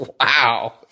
wow